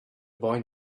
boy